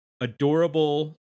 Adorable